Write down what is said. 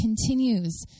continues